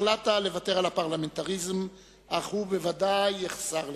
החלטת לוותר על הפרלמנטריזם, אך הוא ודאי יחסר לך.